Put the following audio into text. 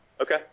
okay